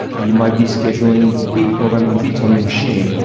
ah you might be scheduling beat, programming beats on your machine,